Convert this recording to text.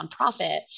nonprofit